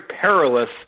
perilous